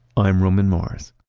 i'm roman mars